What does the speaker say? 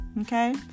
Okay